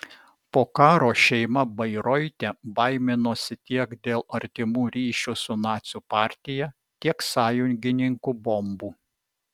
po karo šeima bairoite baiminosi tiek dėl artimų ryšių su nacių partija tiek sąjungininkų bombų